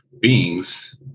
beings